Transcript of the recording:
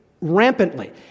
rampantly